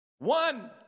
One